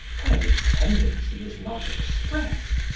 where this tendency is not expressed,